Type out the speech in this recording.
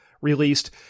released